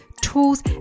tools